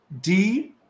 D-